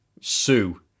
Sue